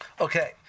Okay